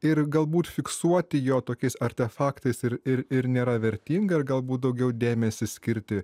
ir galbūt fiksuoti jo tokiais artefaktais ir ir ir nėra vertinga ir galbūt daugiau dėmesį skirti